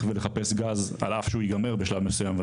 ולחפש גז על אף שבשלב מסוים הוא ייגמר,